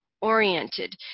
oriented